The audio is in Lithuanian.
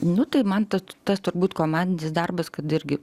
nu tai man tad tas turbūt komandinis darbas kad irgi